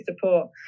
support